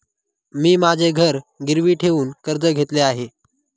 मी माझे घर गिरवी ठेवून कर्ज घेतले आहे